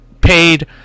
paid